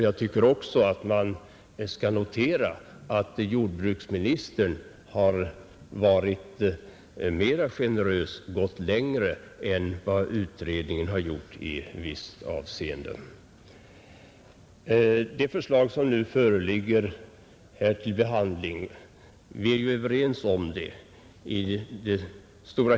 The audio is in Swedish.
Jag tycker också att man kan notera, att jordbruksministern har varit generös och gått längre än vad utredningen har gjort i visst avseende. I det stora hela är vi ense om det förslag som nu föreligger till behandling.